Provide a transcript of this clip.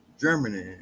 Germany